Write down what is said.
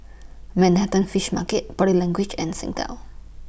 Manhattan Fish Market Body Language and Singtel